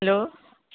hello